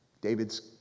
David's